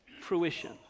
fruition